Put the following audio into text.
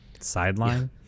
sideline